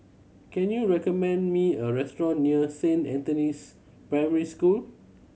can you recommend me a restaurant near Saint Anthony's Primary School